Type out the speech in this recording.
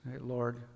Lord